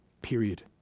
period